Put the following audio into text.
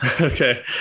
Okay